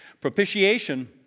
Propitiation